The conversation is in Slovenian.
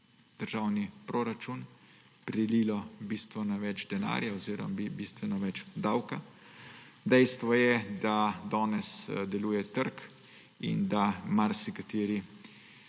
državni proračun prililo bistveno več denarja oziroma bistveno več davka. Dejstvo je, da danes deluje trg in da se marsikateri